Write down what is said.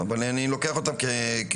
אבל אני לוקח אותן כקיימות.